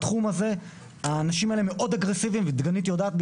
בתחום הזה האנשים האלה מאוד אגרסיביים ודגנית יודעת,